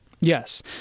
Yes